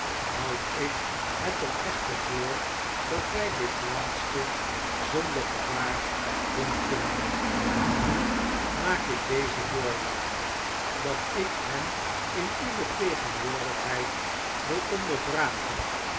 houd ik het er echter voor dat wij dit laatste zonder gevaar doen kunnen nu maak ik deze voorwaarde dat ik hem in uwe tegenwoordigheid wil